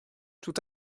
tout